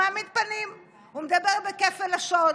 הוא מעמיד פנים, הוא מדבר בכפל לשון